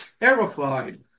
terrified